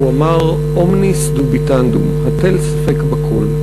הוא אמר: De omnibus dubitandum הטל ספק בכול.